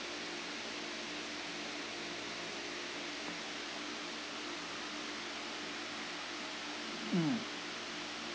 mm